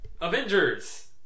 Avengers